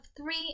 three